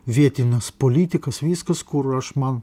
vietines politikas viskas kur aš man